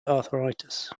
arthritis